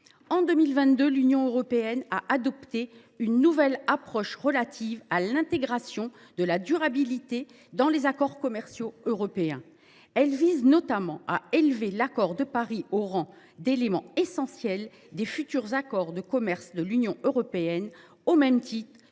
En 2022, l’Union européenne a adopté une nouvelle approche favorisant l’intégration de la durabilité dans les accords commerciaux européens. Elle vise notamment à élever l’accord de Paris au rang d’élément essentiel des futurs accords de commerce de l’Union européenne, au même titre que le respect